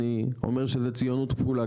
אני אומר שזו ציונות כפולה,